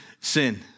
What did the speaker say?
sin